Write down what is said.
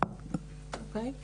אוקיי.